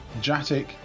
Jatic